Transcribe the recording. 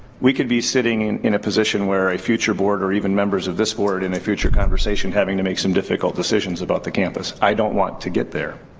we could be sitting in in a position where a future board or even members of this board in a future conversation having to make some difficult decisions about the campus. i don't want to get there.